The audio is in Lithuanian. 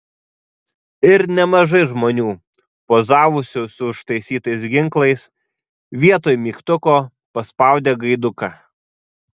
ir nemažai žmonių pozavusių su užtaisytais ginklais vietoj mygtuko paspaudė gaiduką